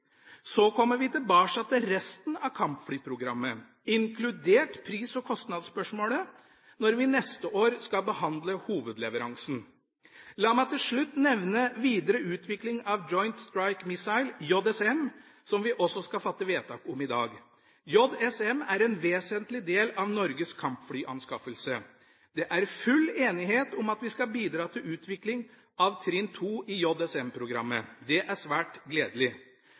Så kommer vi tilbake til resten av kampflyprogrammet – inkludert pris- og kostnadsspørsmålet – når vi neste år skal behandle hovedleveransen. La meg til slutt nevne videre utvikling av Joint Strike Missile – JSM – som vi også skal fatte vedtak om i dag. JSM er en vesentlig del av Norges kampflyanskaffelse. Det er full enighet om at vi skal bidra til utvikling av trinn 2 i JSM-programmet. Det er svært gledelig.